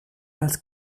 als